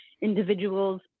individuals